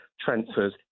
transfers